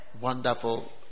wonderful